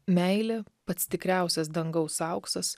meilė pats tikriausias dangaus auksas